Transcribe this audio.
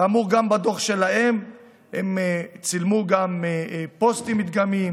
כאמור, בדוח שלהם הם צילמו גם פוסטים מדגמיים